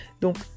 Donc